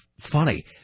funny